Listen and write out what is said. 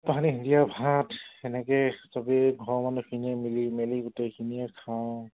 পানী দিয়া ভাত ভাত তেনেকৈ সবেই ঘৰৰ মানুহখিনিয়ে মিলি মেলি গোটেইখিনিয়ে খাওঁ